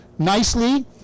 Nicely